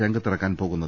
രംഗത്തിറക്കാൻ പോകുന്നത്